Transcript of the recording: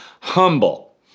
Humble